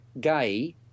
Gay